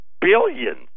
billions